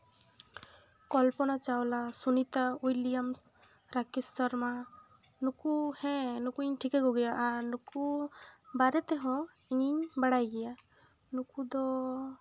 ᱠᱚᱞᱯᱚᱱᱟ ᱪᱟᱣᱞᱟ ᱥᱩᱱᱤᱛᱟ ᱩᱭᱞᱤᱭᱟᱢᱥ ᱨᱟᱠᱮᱥ ᱥᱚᱨᱢᱟ ᱱᱩᱠᱩ ᱦᱮᱸ ᱱᱩᱠᱩ ᱤᱧ ᱴᱷᱤᱠᱟᱹ ᱠᱚᱜᱮᱭᱟ ᱟᱨ ᱱᱩᱠᱩ ᱵᱟᱨᱮ ᱛᱮᱦᱚᱸ ᱤᱧᱤᱧ ᱵᱟᱲᱟᱭ ᱜᱮᱭᱟ ᱱᱩᱠᱩ ᱫᱚ